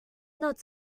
not